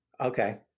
Okay